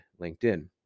LinkedIn